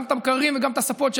גם את המקררים וגם את הספות,